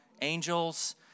angels